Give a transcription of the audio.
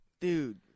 dude